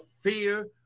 fear